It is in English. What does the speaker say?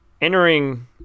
Entering